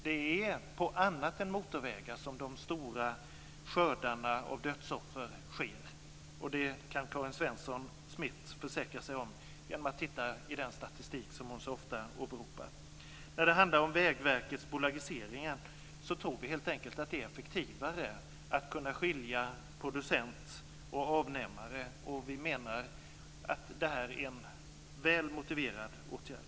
Det är på annat än på motorvägar som de stora skördarna av dödsoffer sker. Det kan Karin Svensson Smith försäkra sig om genom att titta i den statistik som hon så ofta åberopar. När det handlar om Vägverkets bolagisering tror vi helt enkelt att det är effektivare att kunna skilja producent och avnämare. Vi menar att det är en väl motiverad åtgärd.